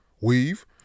weave